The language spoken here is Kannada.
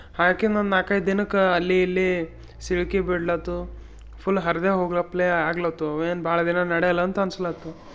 ಹಾಕಿನ ಒಂದು ನಾಲ್ಕೈದು ದಿನಕ್ಕೆ ಅಲ್ಲಿ ಇಲ್ಲಿ ಸಿಳ್ಕಿ ಬೀಳ್ಲತ್ತು ಫುಲ್ ಹರಿದೇ ಹೋಗ್ಲಪ್ಲೇ ಆಗ್ಲತ್ತು ಏನು ಭಾಳ ದಿನ ನಡೆಯಲ್ಲಂತ ಅನ್ಸ್ಲತ್ತು